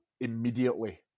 immediately